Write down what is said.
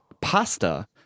pasta